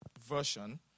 version